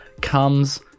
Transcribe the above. comes